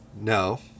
No